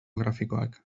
grafikoak